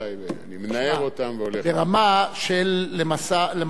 ברמה של למשל נפילת טילים על ישראל,